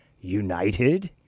united